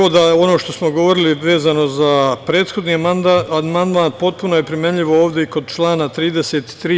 Ono što smo govorili vezano za prethodni amandman potpuno je primenljivo ovde i kod člana 33.